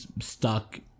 stuck